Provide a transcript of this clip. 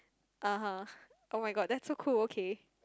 (uh huh) [oh]-my-god that's so cool okay